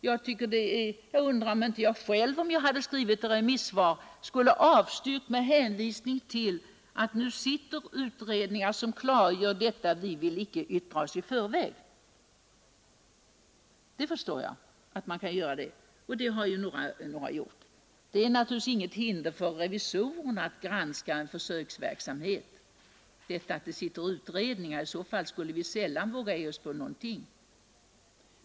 Jag undrar om inte jag själv, om jag skulle skriva ett remissvar i ett ärende, skulle avstyrka med hänvisning till att det sitter utredningar som arbetar med dessa frågor, så att man icke vill yttra sig i förväg. Att det sitter en utredning hindrar naturligtvis inte revisorerna från att granska en försöksverksamhet — i annat fall skulle vi sällan våga oss på någonting.